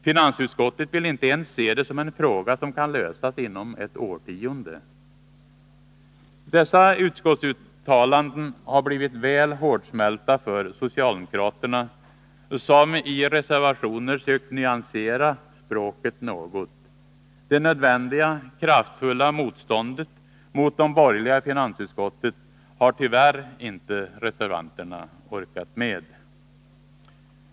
Finansutskottet vill inte ens se det som en fråga som kan lösas inom ett årtionde. Dessa utskottsuttalanden har blivit väl hårdsmälta för socialdemokraterna, som i reservationer sökt nyansera språket något. Det nödvändiga, kraftfulla motståndet mot de borgerliga i finansutskottet har tyvärr inte reservanterna orkat med.